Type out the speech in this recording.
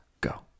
Go